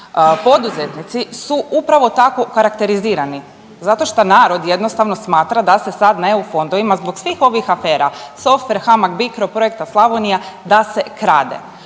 poduzetnici su upravo tako okarakterizirani zato šta narod jednostavno smatra da se sad na eu fondovima zbog svih ovih afera Softver, Hamag bicro, Projekta Slavonija da se krade.